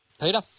Peter